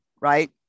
right